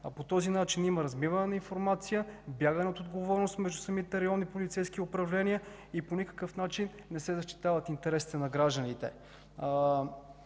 По този начин има размиване на информация, бягане на отговорност между самите районни полицейски управления и по никакъв начин не се защитават интересите на гражданите.